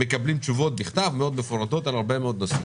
מקבלים תשובות בכתב מאוד מפורטות על הרבה מאוד נושאים.